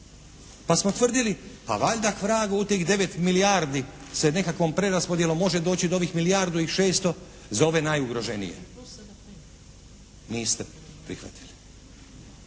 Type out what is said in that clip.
Pa smo tvrdili pa valjda k vragu u tih 9 milijardi se nekakvom preraspodjelom može doći do ovih milijardu i 600 za ove najugroženije. Niste prihvatili.